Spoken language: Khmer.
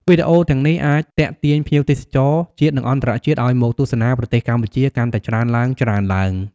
វីដេអូទាំងនេះអាចទាក់ទាញភ្ញៀវទេសចរជាតិ និងអន្តរជាតិឱ្យមកទស្សនាប្រទេសកម្ពុជាកាន់តែច្រើនឡើងៗ។